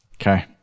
okay